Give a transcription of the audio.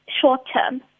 short-term